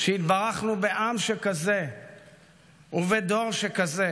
שהתברכנו בעם שכזה ובדור שכזה,